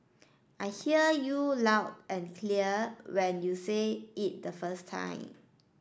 I hear you loud and clear when you say it the first time